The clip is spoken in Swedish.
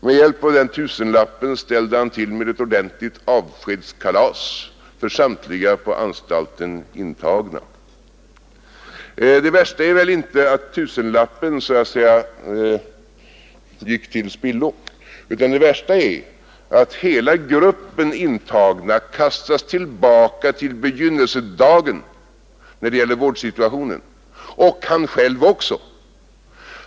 Med hjälp av den tusenlappen ställde han till med ett ordentligt avskedskalas för samtliga på anstalten intagna. Det värsta är väl inte att tusenlappen gick till spillo utan att hela gruppen intagna kastades tillbaka till begynnelsedagen när det gällde vårdsituationen — och han själv också.